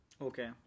Okay